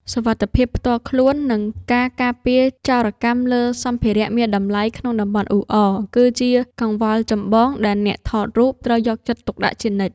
សុវត្ថិភាពផ្ទាល់ខ្លួន និងការការពារចោរកម្មលើសម្ភារៈមានតម្លៃក្នុងតំបន់អ៊ូអរ គឺជាកង្វល់ចម្បងដែលអ្នកថតរូបត្រូវយកចិត្តទុកដាក់ជានិច្ច។